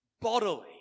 bodily